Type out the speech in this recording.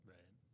Right